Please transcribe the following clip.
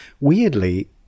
weirdly